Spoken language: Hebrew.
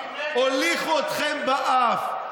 הוליכו אתכם באף.